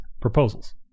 proposals